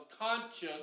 conscience